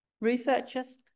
researchers